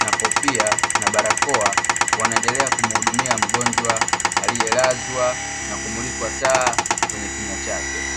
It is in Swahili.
na kofia na barakoa wanaendelea kumuhudumia mgonjwa aliyelazwa na kumulikwa taa kwenye kinywa chake.